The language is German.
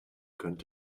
könnte